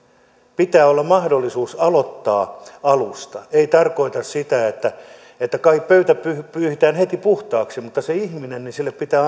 pitää olla mahdollisuus aloittaa alusta ei tarkoita sitä että pöytä pyyhitään pyyhitään heti puhtaaksi mutta sille ihmiselle pitää